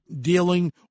dealing